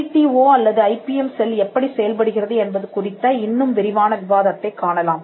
TDO அல்லது IBM cell எப்படி செயல்படுகிறது என்பது குறித்த இன்னும் விரிவான விவாதத்தைக் காணலாம்